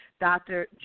Dr